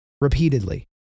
repeatedly